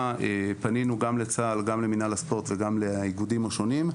פנינו למינהל הספורט וגם לאיגודים השונים.